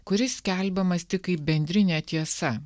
kuris skelbiamas tik bendrine tiesa